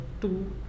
two